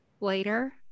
later